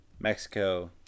Mexico